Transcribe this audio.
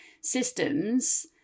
systems